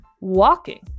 walking